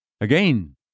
Again